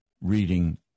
reading